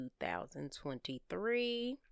2023